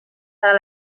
par